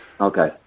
Okay